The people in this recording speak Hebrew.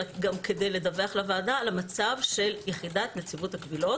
אלא גם כדי לדווח לוועדה על המצב של יחידת נציבות הקבילות